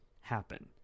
happen